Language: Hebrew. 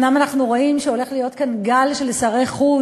אומנם אנחנו רואים שהולך להיות כאן גל של שרי חוץ